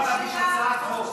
באה להגיש הצעת חוק.